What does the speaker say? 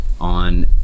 on